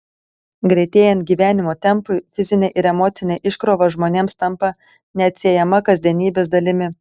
greitėjant gyvenimo tempui fizinė ir emocinė iškrova žmonėms tampa neatsiejama kasdienybės dalimi